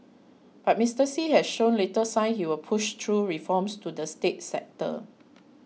but Mister Xi has shown little sign he will push through reforms to the state sector